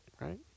right